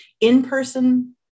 In-person